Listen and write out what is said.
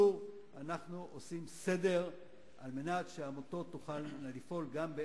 אנחנו רוצים שעמותות תפעלנה לתועלת